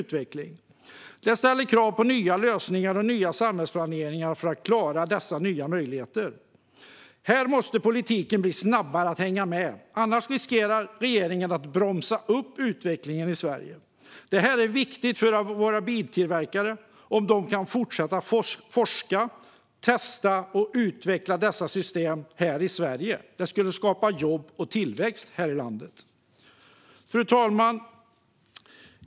Tekniken ställer krav på nya lösningar och nya samhällsplaner. Här måste politiken bli snabbare på att hänga med. Annars riskerar regeringen att bromsa utvecklingen i Sverige. Det är viktigt för våra biltillverkare att de kan fortsätta forska, testa och utveckla dessa system i Sverige. Det skapar jobb och tillväxt i landet. Fru talman!